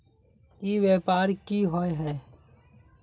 ई व्यापार की होय है?